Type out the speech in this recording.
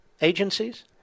agencies